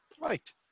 Right